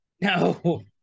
No